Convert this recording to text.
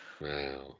Wow